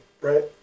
right